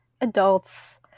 adults